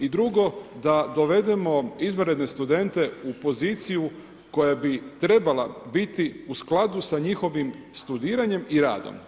I drugo, da dovedemo izvanredne studente u poziciju koja bi trebala biti u skladu s njihovim studiranjem i radom.